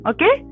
Okay